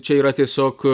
čia yra tiesiog